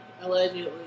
Allegedly